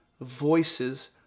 voices